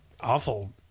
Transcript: Awful